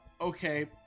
Okay